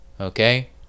Okay